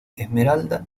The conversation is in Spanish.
esmeralda